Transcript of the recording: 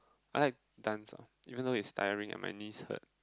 I like dance ah even though it's tiring and my knees hurt